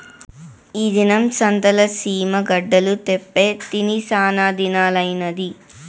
ఈ దినం సంతల సీమ గడ్డలు తేప్పా తిని సానాదినాలైనాది